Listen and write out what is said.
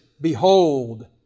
behold